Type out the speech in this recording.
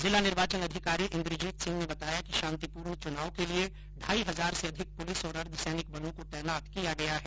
जिला निर्वाचन अधिकारी इन्द्रजीत सिंह ने बताया कि शांतिपूर्ण चूनाव के लिये ढाई हजार से अधिक पुलिस और अर्द्दसैनिक बलों को तैनात किया गया है